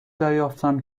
دریافتم